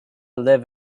live